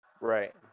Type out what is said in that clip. Right